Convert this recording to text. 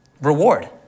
reward